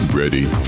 Ready